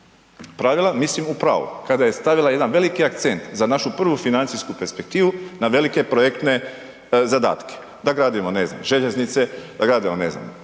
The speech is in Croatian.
pravila mislim u pravu, kada je stavila jedan veliki akcent za našu prvu financijsku perspektivu na velike projektne zadatke da gradimo ne znam željeznice, da gradimo ne znam